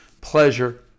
pleasure